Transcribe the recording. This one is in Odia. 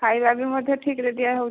ଖାଇବା ବି ମଧ୍ୟ ଠିକ୍ରେ ଦିଆ ହେଉଛି